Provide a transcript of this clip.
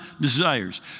desires